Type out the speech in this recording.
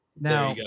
Now